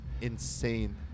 insane